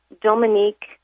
Dominique